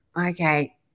okay